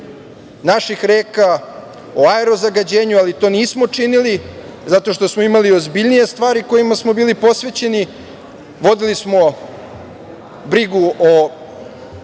naših reka, o aerozagađenju, ali to nismo činili, zato što smo imali ozbiljnije stvari kojima smo bili posvećeni, vodili smo brigu o